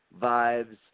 Vibes